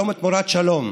שלום תמורת שלום,